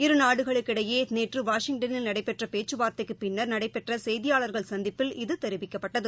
இரு நாடுகளுக்கிடையேநேற்றுவாஷிங்னில் நடைபெற்றபேச்சுவார்த்தைக்குப் பின்னர் நடைபெற்றசெய்தியாளர்கள் சந்திப்பில் இதுதெரிவிக்கப்பட்டது